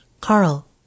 Carl